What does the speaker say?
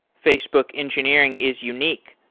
facebook engineering is unique.